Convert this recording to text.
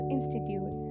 Institute